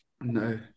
no